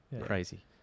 crazy